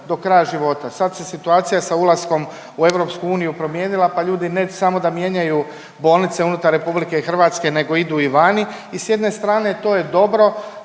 do kraja života. Sad se situacija sa ulaskom u EU promijenila pa ljudi ne samo da mijenjaju bolnice unutar RH nego idu i vani i s jedne strane to je dobro,